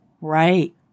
Right